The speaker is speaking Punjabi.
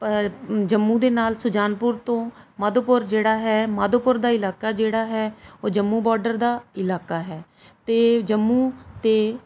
ਜੰਮੂ ਦੇ ਨਾਲ ਸੁਜਾਨਪੁਰ ਤੋਂ ਮਾਧੋਪੁਰ ਜਿਹੜਾ ਹੈ ਮਾਧੋਪੁਰ ਦਾ ਇਲਾਕਾ ਜਿਹੜਾ ਹੈ ਉਹ ਜੰਮੂ ਬੋਰਡਰ ਦਾ ਇਲਾਕਾ ਹੈ ਅਤੇ ਜੰਮੂ ਅਤੇ